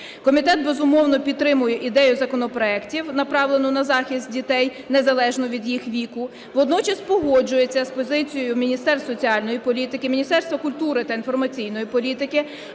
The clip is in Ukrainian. Комітет, безумовно, підтримує ідею законопроектів, направлену на захист дітей, незалежно від їх віку. Водночас погоджується з позицією Міністерства соціальної політики, Міністерства культури та інформаційної політики,